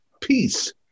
Peace